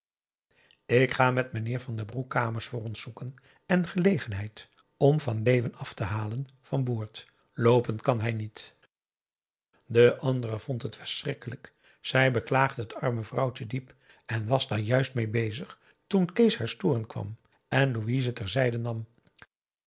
ik ga met meneer van den broek kamers voor ons zoeken en gelegenheid om van leeuwen af te halen van boord loopen kan hij niet de andere vond het verschrikkelijk zij beklaagde het arme vrouwtje diep en was daar juist meê bezig toen kees haar storen kwam en louise ter zijde nam